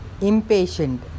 impatient